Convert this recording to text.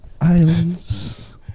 islands